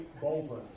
Bolton